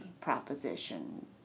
proposition